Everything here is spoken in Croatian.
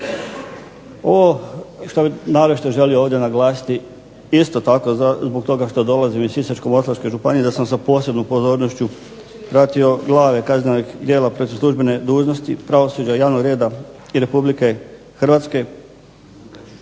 Ono što bih naročito želio ovdje naglasiti isto tako zbog toga što dolazim iz Sisačko-moslavačke županije, da sam sa posebnom pozornošću pratio glave kaznenog djela protiv službene dužnosti, pravosuđa i javnog reda i Republike Hrvatske.